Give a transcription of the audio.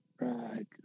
Right